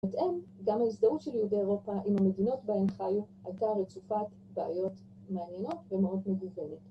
‫מתאם גם ההזדהות של יהודי אירופה ‫עם המדינות בהן חיו ‫הייתה רצופת בעיות מעניינות ‫ומאוד מגוונת.